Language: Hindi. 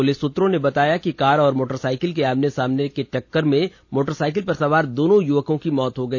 पुलिस सूत्रों ने बताया कि कार और मोटरसाइकिल की आमने सामने टक्कर में मोटरसाइकिल पर सवार दोनों युवकों की मौत हो गई